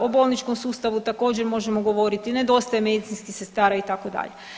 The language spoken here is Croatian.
O bolničkom sustavu također možemo govoriti, nedostaje medicinskih sestara itd.